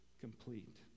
complete